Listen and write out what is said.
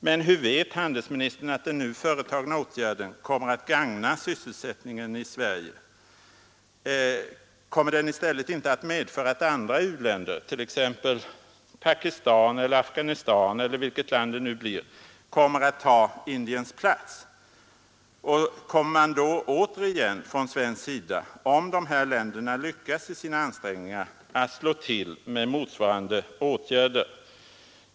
Men hur vet handelsministern att den nu företagna åtgärden kommer att gagna sysselsättningen i Sverige? Kommer den inte att i stället medföra att andra u-länder, t.ex. Pakistan eller Afghanistan eller vilket land det nu blir, kommer att ta Indiens plats? Kommer man då återigen från svensk sida, om dessa länder lyckas i sina ansträngningar, att slå till med motsvarande åtgärder?